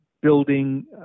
building